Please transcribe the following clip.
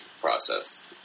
process